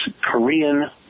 Korean